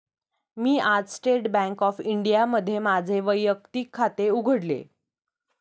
मी आज state bank of इंडियामध्ये माझे वैयक्तिक खाते उघडले